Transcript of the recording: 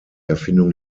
erfindung